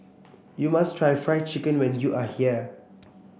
you must try Fried Chicken when you are here